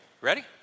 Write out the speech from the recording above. Ready